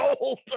old